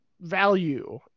value